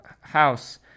house